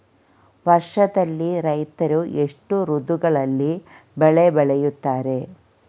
ವರ್ಷದಲ್ಲಿ ರೈತರು ಎಷ್ಟು ಋತುಗಳಲ್ಲಿ ಬೆಳೆ ಬೆಳೆಯುತ್ತಾರೆ?